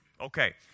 Okay